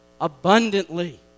abundantly